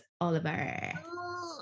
Oliver